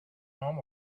home